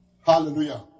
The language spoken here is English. Hallelujah